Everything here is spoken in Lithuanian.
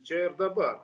čia ir dabar